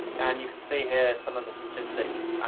and you can see, here, some of the statistics.